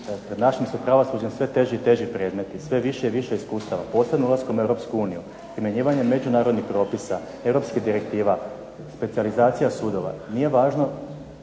Našem su pravosuđu sve teži i teži predmeti, sve više i više sustava posebno ulaskom u Europsku uniju primjenjivanjem međunarodnih propisa, europskih direktiva, specijalizacija sudova. Nije važno